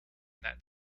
that